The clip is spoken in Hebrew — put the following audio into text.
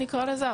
נקרא לזה,